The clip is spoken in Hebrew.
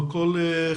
זה קול חשוב,